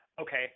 okay